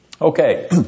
Okay